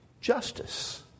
justice